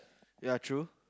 ya true